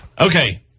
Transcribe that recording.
Okay